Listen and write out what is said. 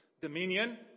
dominion